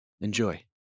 Enjoy